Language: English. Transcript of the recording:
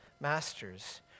masters